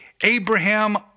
Abraham